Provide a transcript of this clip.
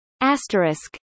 Asterisk